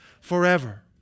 forever